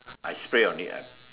I spray on it